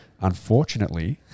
unfortunately